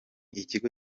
ikigo